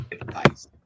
advice